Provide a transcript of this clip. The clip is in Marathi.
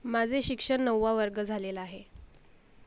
माझे शिक्षण नववा वर्ग झालेलं आहे